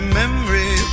memory